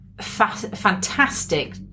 fantastic